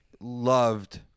loved